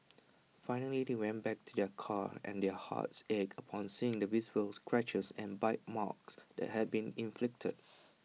finally they went back to their car and their hearts ached upon seeing the visible scratches and bite marks that had been inflicted